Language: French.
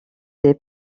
des